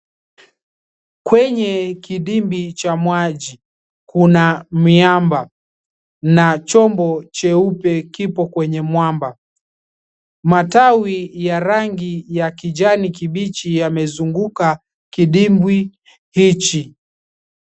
Kwenye kidimbwi cha maji kuna miamba, na chombo cheupe kipo kwenye mwamba. Matawi ya rangi ya kijani kibichi yamezunguka kidimbwi hichi.